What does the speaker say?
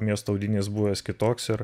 miesto audinys buvęs kitoks ir